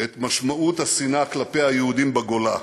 את משמעות השנאה כלפי היהודים בגולה.